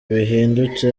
bihindutse